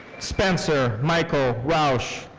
spencer michael rousch.